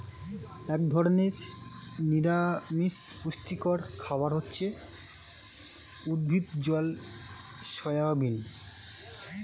এক ধরনের নিরামিষ পুষ্টিকর খাবার হচ্ছে উদ্ভিজ্জ সয়াবিন